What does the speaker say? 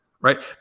right